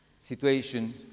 situation